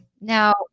Now